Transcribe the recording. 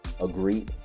agree